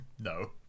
no